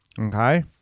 Okay